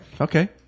okay